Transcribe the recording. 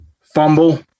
Fumble